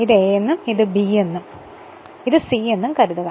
ഇത് എയെന്നും ഇത് ബിയെന്നും ഇത് സിയെന്നും കരുതുക